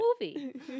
movie